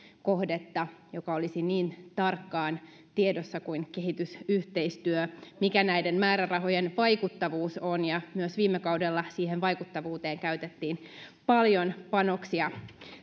kohdetta jotka olisivat niin tarkkaan tiedossa kuin kehitysyhteistyö mikä näiden määrärahojen vaikuttavuus on ja myös viime kaudella siihen vaikuttavuuteen käytettiin paljon panoksia